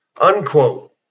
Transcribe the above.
unquote